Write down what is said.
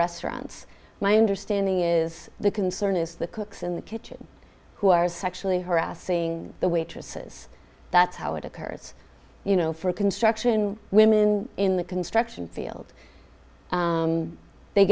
restaurants my understanding is the concern is the key in the kitchen who are sexually harassing the waitresses that's how it occurs you know for construction women in the construction field they